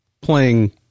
playing